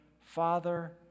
father